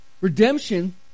redemption